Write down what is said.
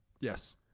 yes